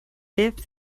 fifth